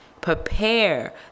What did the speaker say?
prepare